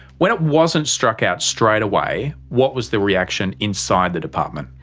when it wasn't struck out straight away, what was the reaction inside the department?